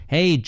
Hey